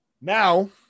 now